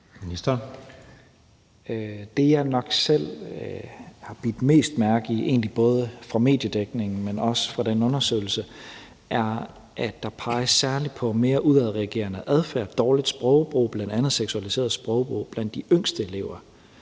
Det, jeg nok selv har bidt mest mærke i egentlig både fra mediedækningen, men også fra den undersøgelse, er, at der peges særlig på mere udadreagerende adfærd, dårlig sprogbrug, bl.a. seksualiseret sprogbrug blandt de yngste elever.